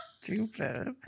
stupid